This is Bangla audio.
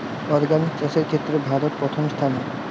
অর্গানিক চাষের ক্ষেত্রে ভারত প্রথম স্থানে